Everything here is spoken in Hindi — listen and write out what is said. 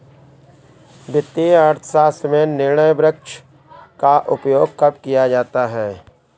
वित्तीय अर्थशास्त्र में निर्णय वृक्ष का उपयोग कब किया जाता है?